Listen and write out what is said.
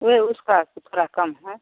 वह उसका थोड़ा कम है